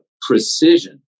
precision